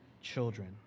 children